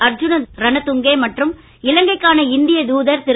அர்ஜுனரணதுங்க மற்றும் இலங்கைக்கான இந்தியத் தூதர் திரு